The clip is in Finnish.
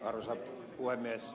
arvoisa puhemies